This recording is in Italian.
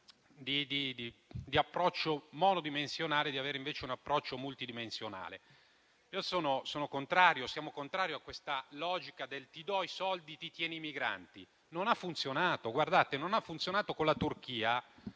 di approccio monodimensionale e di avere, invece, un approccio multidimensionale. Io sono contrario, noi siamo contrari, a questa logica del "ti do i soldi, ti tieni i migranti". Non ha funzionato con la Turchia,